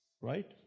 Right